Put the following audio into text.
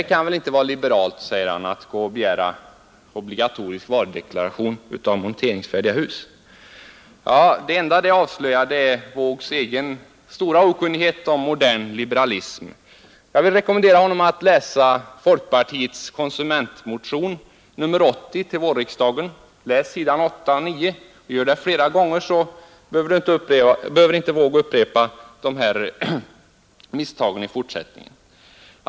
Det kan väl inte vara liberalt att begära obligatorisk varudeklaration av monteringsfärdiga trähus, säger han. Det enda detta avslöjar är herr Wåågs egen stora okunnighet om modern liberalism, Jag vill rekommendera honom att läsa folkpartiets konsumentmotion nr 80 vid vårriksdagen. Läs sidorna 8 och 9 flera gånger, så behöver inte herr Wååg upprepa de här misstagen i fortsättningen!